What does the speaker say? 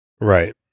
Right